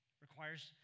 Requires